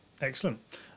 Excellent